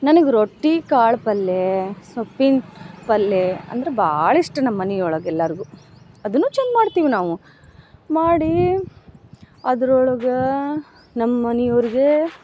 ನನಗೆ ರೊಟ್ಟಿ ಕಾಳು ಪಲ್ಯೆ ಸೊಪ್ಪಿನ ಪಲ್ಯೆ ಅಂದ್ರ ಭಾಳ ಇಷ್ಟ ನಮ್ಮನೆ ಒಳಗೆ ಎಲ್ಲಾರ್ಗೂ ಅದನ್ನು ಚಂದ ಮಾಡ್ತೀವಿ ನಾವು ಮಾಡಿ ಅದ್ರೊಳಗೆ ನಮ್ಮನಿಯವ್ರ್ಗೆ